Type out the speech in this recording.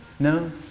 No